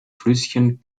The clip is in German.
flüsschen